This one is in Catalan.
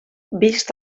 vists